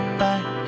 back